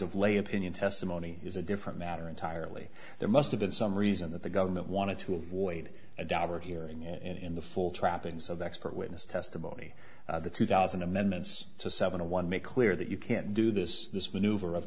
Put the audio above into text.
of lay opinion testimony is a different matter entirely there must have been some reason that the government wanted to avoid a doubter hearing it in the full trappings of expert witness testimony the two thousand amendments to seven one make clear that you can't do this this maneuver of